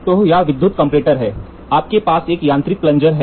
तो यह विद्युत कंपैरेटर है आपके पास एक यांत्रिक प्लनजर है